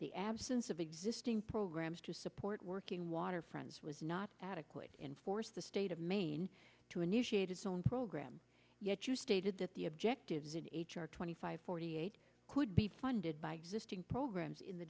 the absence of existing programs to support working waterfronts was not adequate force the state of maine to initiate its own program yet you stated that the objective twenty five forty eight could be funded by existing programs in the